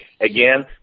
Again